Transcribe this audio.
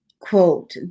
quote